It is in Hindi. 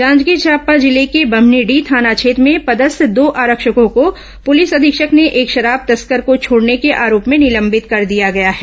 जांजगीर चांपा जिले के बम्हनीडीह थाना में पदस्थ दो आरक्षकों को पुलिस अधीक्षक ने एक शराब तस्कर को छोड़ने के आरोप में निलंबित कर दिया गया है